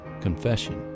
confession